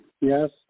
Yes